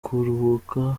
kuruhuka